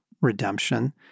redemption